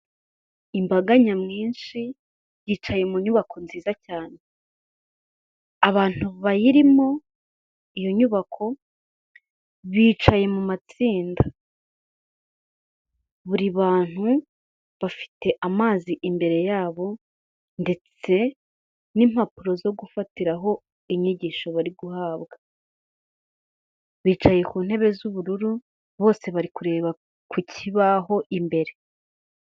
Imbaga nyamwinshi yicaye mu nyubako nziza cyane, bayirimo iyo nyubako bicaye mu matsinda, buri bantu bafite amazi imbere yabo, ndetse n'impapuro zo gufatiraho inyigisho bari guhabwa, bicaye ku ntebe z'ubururu, bose bari kureba ku kibaho imbere.